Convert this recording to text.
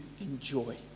enjoy